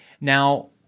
Now